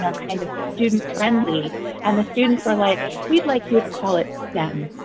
um kind of student-friendly and the students were like we'd like you to call it stem.